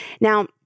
Now